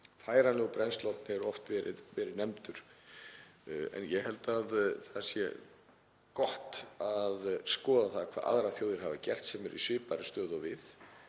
Færanlegur brennsluofn hefur oft verið nefndur. En ég held að það sé gott að skoða hvað aðrar þjóðir hafa gert sem eru í svipaðri stöðu og við.